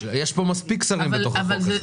יש מספיק שרים בתוך החוק הזה.